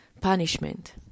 punishment